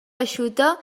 eixuta